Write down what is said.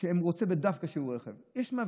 שהוא רוצה דווקא שיהיו ברכב, שמה?